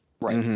Right